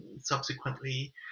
subsequently